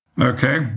Okay